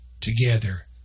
together